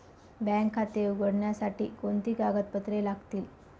Bank खाते उघडण्यासाठी कोणती कागदपत्रे लागतील?